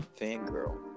fangirl